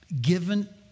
given